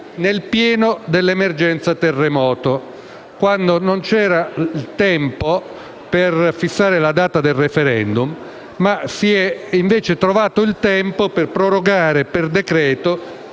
nel pieno dell'emergenza terremoto, quando non c'era il tempo per fissare la data del *referendum*, ma si è invece trovato il tempo per prorogare, per decreto-legge,